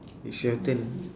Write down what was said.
it's your turn